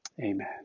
Amen